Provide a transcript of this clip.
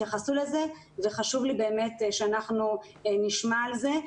התייחסו לזה וחשוב לי באמת שאנחנו נשמע על זה.